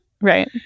Right